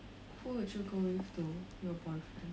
who would you go with though your boyfriend